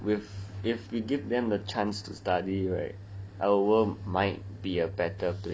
with if we give them a chance to study right our might be a better place that is very true man